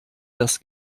das